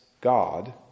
God